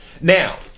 Now